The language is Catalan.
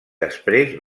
després